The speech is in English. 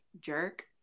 jerk